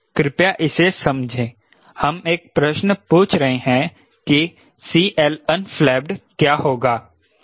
कृपया इसे समझें हम एक प्रश्न पूछ रहे हैं कि unflapped क्या होगा